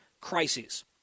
crises